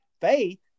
faith